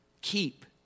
keep